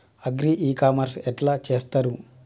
Agri e commerce ఎట్ల చేస్తరు?